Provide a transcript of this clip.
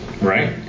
Right